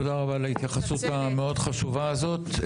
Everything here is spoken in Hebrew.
תודה רבה על ההתייחסות המאוד חשובה הזאת.